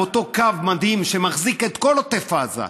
אותו קו מדהים שמחזיק את כל עוטף עזה,